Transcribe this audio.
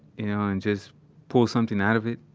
you know, and just pull something out of it,